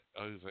over